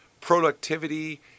productivity